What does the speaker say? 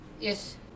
Yes